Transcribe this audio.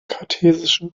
kartesische